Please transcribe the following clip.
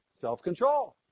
self-control